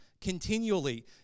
continually